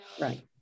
right